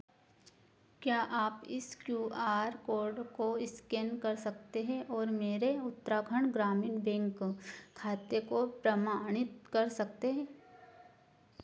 क्या आप इस क्यू आर कोड को स्कैन कर सकते हैं और मेरे उत्तराखंड ग्रामीण बैंक खाते को प्रमाणित कर सकते हैं